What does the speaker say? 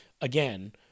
again